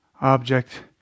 object